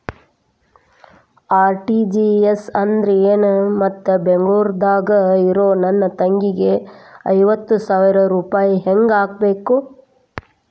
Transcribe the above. RTGS ಅಂದ್ರ ಏನು ಮತ್ತ ಬೆಂಗಳೂರದಾಗ್ ಇರೋ ನನ್ನ ತಂಗಿಗೆ ಐವತ್ತು ಸಾವಿರ ರೂಪಾಯಿ ಹೆಂಗ್ ಹಾಕಬೇಕು?